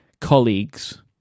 colleagues